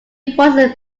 voices